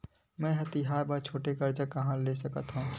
मेंहा तिहार बर छोटे कर्जा कहाँ ले सकथव?